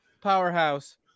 powerhouse